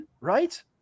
right